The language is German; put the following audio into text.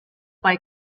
bei